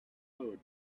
road